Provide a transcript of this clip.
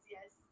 Yes